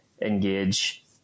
engage